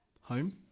Home